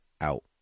out